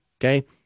Okay